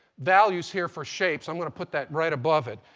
values here for shapes. i'm going to put that right above it.